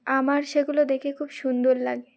আমার সেগুলো দেখে খুব সুন্দর লাগে